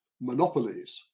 monopolies